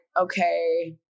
okay